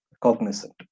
cognizant